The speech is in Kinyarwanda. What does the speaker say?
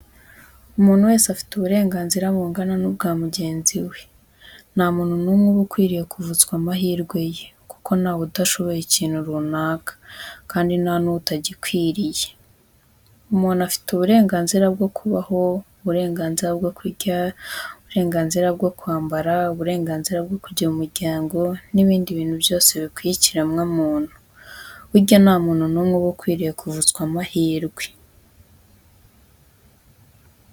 Umuntu wese afite uburenganzira bungana n'ubwa mugenzi we, nta muntu n'umwe uba ukwiriye kuvutsa amahirwe ye kuko ntawutashoboye ikintu runaka kandi ntanutagikwiriye. Umuntu afite uburenganzira bwo kubaho, uburenganzira bwo kurya, uburenganzira bwo kwambara, uburenganzira bwo kugira umuryango n'ibindi bintu byose bikwiye ikiremwamuntu. Burya nta muntu n'umwe uba ukwiriye kuvutswa amahirwe.